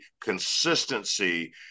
consistency